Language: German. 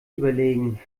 überlegen